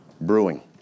brewing